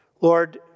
Lord